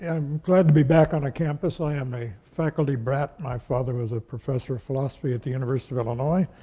i'm glad to be back on a campus. i am a faculty brat. my father was a professor of philosophy at the university of illinois.